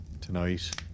Tonight